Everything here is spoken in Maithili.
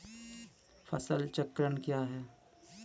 फसल चक्रण कया हैं?